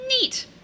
Neat